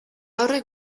horrek